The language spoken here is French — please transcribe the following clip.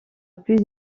plus